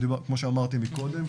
כמו שאמרתי מקודם,